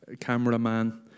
cameraman